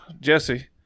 Jesse